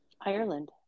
Ireland